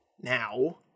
now